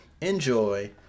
enjoy